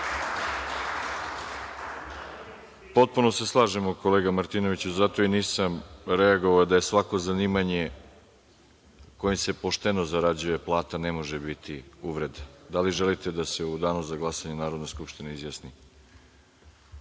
se slažemo kolega Martinoviću zato i nisam reagovao da je svako zanimanje kojim se pošteno zarađuje plata ne može biti uvreda. Da li želite da se u danu za glasanje Narodna skupština izjasni?